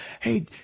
hey